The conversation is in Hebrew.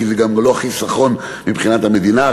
כי זה גם לא חיסכון מבחינת המדינה,